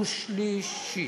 ובקריאה השלישית.